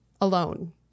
alone